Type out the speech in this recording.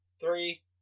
three